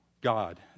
God